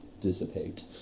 dissipate